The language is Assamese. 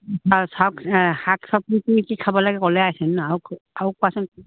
চাক শাক চব্জি কি কি খাব লাগে ক'লেই আহিছে ন আৰু কোৱাচোন